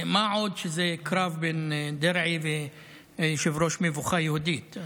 מה עוד שזה קרב בין דרעי ליושב-ראש מבוכה יהודית.